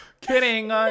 Kidding